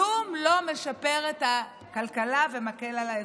כלום לא משפר את הכלכלה ומקל על האזרחים.